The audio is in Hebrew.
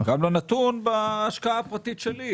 וגם לנתון בהשקעה הפרטית שלי,